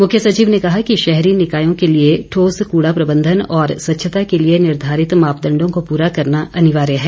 मुख्य सचिव ने कहा कि शहरी निकायों के लिए ठोस कृड़ा प्रबंधन और स्वच्छता के लिए निर्धारित मापदंडो को पूरा करना अनिवार्य है